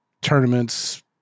tournaments